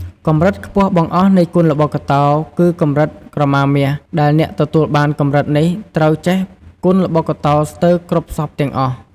កម្រិតខ្ពស់បង្អស់់នៃគុនល្បុក្កតោ គឺកម្រិតក្រមាមាស ដែលអ្នកទទួលបានកម្រិតនេះត្រូវចេះគុនល្បុក្កតោស្ទើរគ្រប់សព្វទាំងអស់។